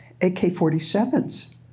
AK-47s